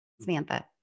Samantha